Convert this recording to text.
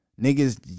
niggas